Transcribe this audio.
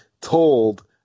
told